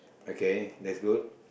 okay that's good